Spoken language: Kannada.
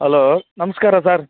ಅಲೋ ನಮಸ್ಕಾರ ಸರ್